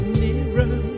nearer